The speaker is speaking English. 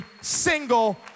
single